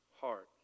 heart